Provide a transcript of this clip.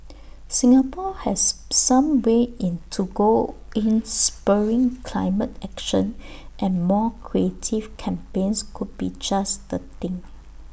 Singapore has some way in to go in spurring climate action and more creative campaigns could be just the thing